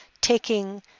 taking